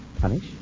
Punish